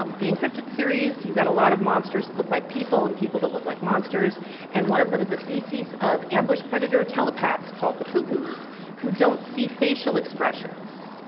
um the incryptid series, you've got a lot of monsters that look like people and people that look like monsters and one of them is a species of ambush predator telepaths called the cuckoos who don't see fascial expressions.